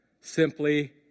simply